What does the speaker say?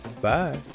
Bye